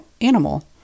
animal